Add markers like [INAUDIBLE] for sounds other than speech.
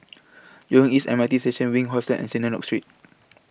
[UNINTELLIGIBLE] East M R T Station Wink Hostel and Synagogue Street [NOISE]